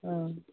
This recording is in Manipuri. ꯑꯥꯥ